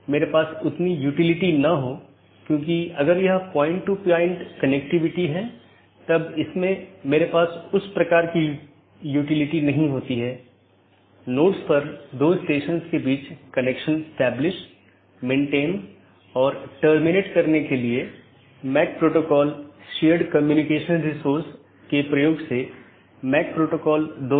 network layer की जानकारी क्या है इसमें नेटवर्क के सेट होते हैं जोकि एक टपल की लंबाई और उपसर्ग द्वारा दर्शाए जाते हैं जैसा कि 14 202 में 14 लम्बाई है और 202 उपसर्ग है और यह उदाहरण CIDR रूट है